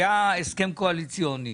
היה הסכם קואליציוני